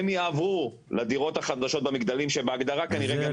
הם יעברו לדירות החדשות במגדלים --- לפי